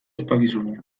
ospakizuna